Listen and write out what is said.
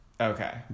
Okay